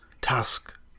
task